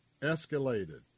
escalated